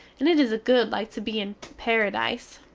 and it is good like to be in paradise!